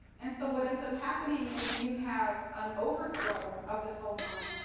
and so, what ends up happening is you have an overthrow of the sultan.